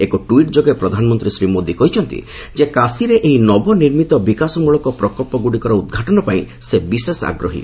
ଏକ ଟ୍ୱିଟ୍ ଯୋଗେ ପ୍ରଧାନମନ୍ତ୍ରୀ ଶ୍ରୀ ମୋଦି କହିଛନ୍ତି କାଶୀରେ ଏହି ନବନିର୍ମିତ ବିକାଶମୂଳକ ପ୍ରକଳ୍ପଗୁଡ଼ିକର ଉଦ୍ଘାଟନ ପାଇଁ ସେ ବିଶେଷ ଆଗ୍ରହୀ